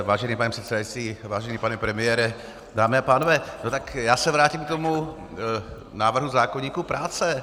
Vážený pane předsedající, vážený pane premiére, dámy a pánové, já se vrátím k tomu návrhu zákoníku práce.